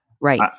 right